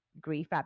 grief